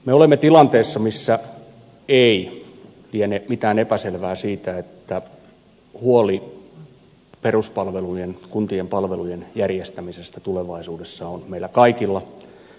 me olemme tilanteessa missä ei liene mitään epäselvää siitä että huoli peruspalvelujen kuntien palvelujen järjestämisestä tulevaisuudessa on meillä kaikilla se on aito